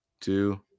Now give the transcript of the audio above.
two